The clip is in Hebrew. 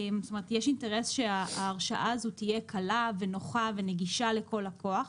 זאת אומרת יש אינטרס שההרשאה הזאת תהיה נוחה וקלה ונגישה לכל לקוח,